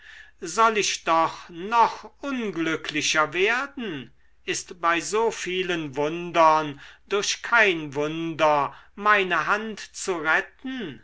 soll ich doch noch unglücklich werden ist bei so vielen wundern durch kein wunder meine hand zu retten